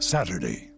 Saturday